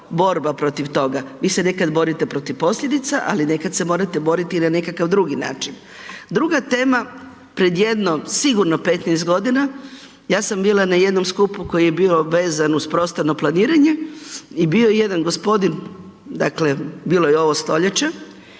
Vi se nekad borite protiv posljedica, ali nekad se morate boriti i na nekakav drugi način. Druga tema pred jedno sigurno 15 godina, ja sam bila na jednom skupu koji je bio vezan uz prostorno planiranje i bio je jedan gospodin, dakle, bilo je ovo stoljeće,